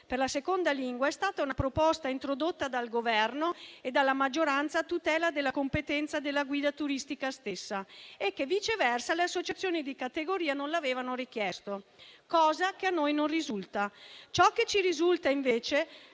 per la seconda lingua è stata una proposta introdotta dal Governo e dalla maggioranza a tutela della competenza della guida turistica stessa e che, viceversa, le associazioni di categoria non l'avevano richiesto, cosa che a noi non risulta. Ciò che ci risulta, invece,